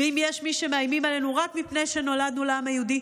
ואם יש מי שמאיימים עלינו רק מפני שנולדנו לעם היהודי,